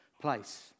place